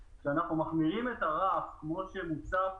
כי תמיד יש את השפיל הנוסף,